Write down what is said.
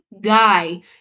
guy